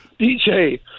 DJ